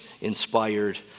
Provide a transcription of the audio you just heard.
inspired